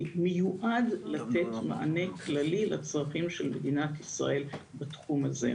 מיועד לתת מענה כללי לצרכים של מדינת ישראל בתחום הזה.